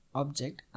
object